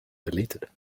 deleted